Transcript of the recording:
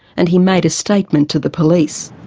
and he made a statement to the police.